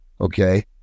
okay